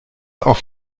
auf